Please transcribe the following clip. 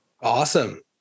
Awesome